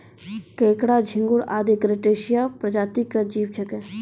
केंकड़ा, झिंगूर आदि क्रस्टेशिया प्रजाति के जीव छेकै